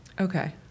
Okay